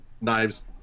Knives